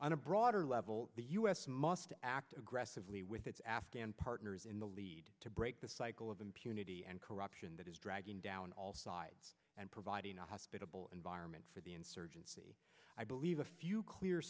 on a broader level the u s must act aggressively with its afghan partners in the lead to break the cycle of impunity and corruption that is dragging down all sides and providing a hospitable environment for the insurgency i believe a few clear